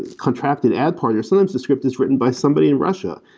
contracted ad partners. sometimes the script is written by somebody in russia,